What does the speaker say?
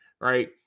right